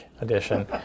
edition